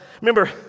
remember